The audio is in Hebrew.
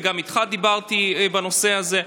וגם דיברתי איתך בנושא הזה.